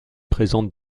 présente